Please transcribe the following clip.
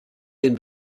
den